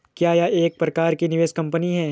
क्या यह एक प्रकार की निवेश कंपनी है?